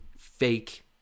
fake